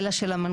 אלא של המנכ"ל.